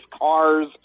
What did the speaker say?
cars